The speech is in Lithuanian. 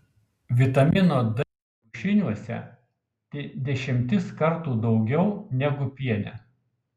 vitamino d kiaušiniuose dešimtis kartų daugiau negu piene